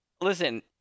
Listen